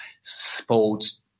sports